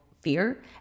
fear